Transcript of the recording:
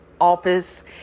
office